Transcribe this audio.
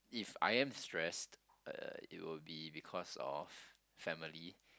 if I am stressed uh it will be because of family